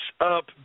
up